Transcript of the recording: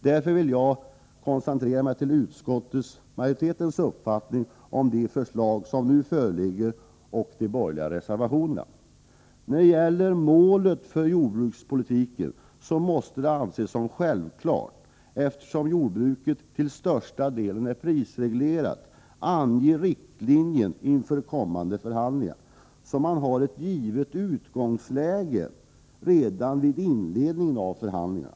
Därför vill jag koncentrera mig till utskottsmajoritetens uppfattning om de förslag som nu föreligger och till de borgerliga reservationerna. När det gäller målet för jordbrukspolitiken måste det anses vara självklart, eftersom jordbruket till största delen är prisreglerat, att man skall ange riktlinjer inför de kommande förhandlingarna, så att man har ett givet utgångsläge redan vid inledningen av förhandlingarna.